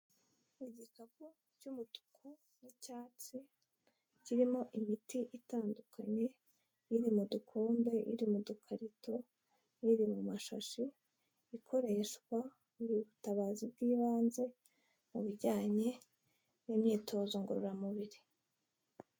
Igikapu cy'umutuku n'icyatsi kirimo imiti itandukanye, iri mu dukombe, iri mu dukarito, n'iri mu mashashi, ikoreshwa buri butabazi bw'ibanze mu bijyanye n'imyitozo ngororamubiri.